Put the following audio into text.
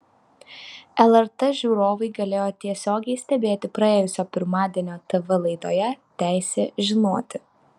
lrt žiūrovai galėjo tiesiogiai stebėti praėjusio pirmadienio tv laidoje teisė žinoti